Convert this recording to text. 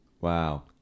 Wow